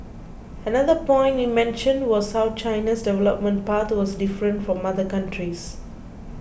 another point he mentioned was how China's development path was different from other countries